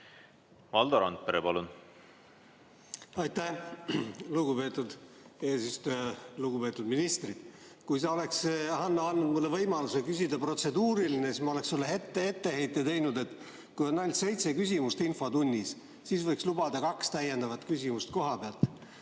Valdo Randpere, palun! Aitäh, lugupeetud eesistuja! Lugupeetud ministrid! Kui sa, Hanno, oleksid andnud mulle võimaluse küsida protseduuriline, siis ma oleksin sulle etteheite teinud, et kui on ainult seitse küsimust infotunnis, siis võiks lubada kaks täiendavat küsimust kohapealt.